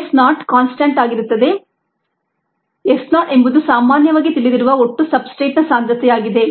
S0 constant ಆಗಿರುತ್ತದೆ S0 ಎಂಬುದು ಸಾಮಾನ್ಯವಾಗಿ ತಿಳಿದಿರುವ ಒಟ್ಟು ಸಬ್ಸ್ಟ್ರೇಟ್ನ ಸಾಂದ್ರತೆಯಾಗಿದೆ